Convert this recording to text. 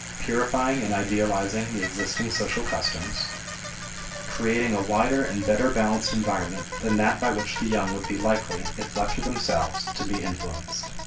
purifying and idealizing the existing social customs creating a wider and better balanced environment than that by which the young would be likely, if left to themselves, to be influenced.